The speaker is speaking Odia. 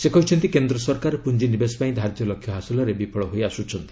ସେ କହିଛନ୍ତି କେନ୍ଦ୍ର ସରକାର ପୁଞ୍ଜି ନିବେଶ ପାଇଁ ଧାର୍ଯ୍ୟ ଲକ୍ଷ୍ୟ ହାସଲରେ ବିଫଳ ହୋଇଆସ୍କୁଛନ୍ତି